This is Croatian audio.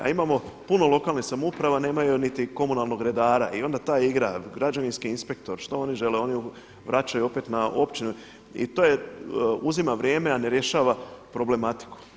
A imamo puno lokalnih samouprava, nemaju niti komunalnog redara i onda ta igra građevinski inspektor, šta oni žele, oni vraćaju opet na općinu i to uzima vrijeme, a ne rješava problematiku.